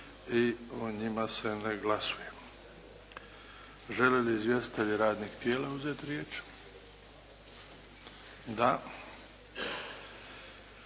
i o njima se ne glasuje. Žele li izvjestitelji radnih tijela uzeti riječ? Da.